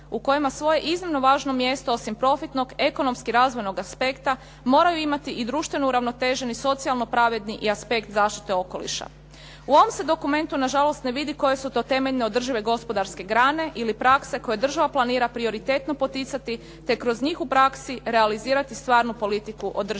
u kojima svoje iznimno važno mjesto osim profitnog, ekonomski razvojnog aspekta moraju imati i društveno uravnoteženi i socijalno pravedni i aspekt zaštite okoliša. U ovom se dokumentu na žalost ne vidi koje su to temeljne održive gospodarske grane ili praksa koje država planira prioritetno poticati, te kroz njih u praksi realizirati stvarnu politiku održivog